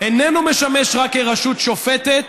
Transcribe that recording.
איננו משמש רק כרשות שופטת,